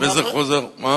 וזה חוזר, מה?